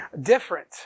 different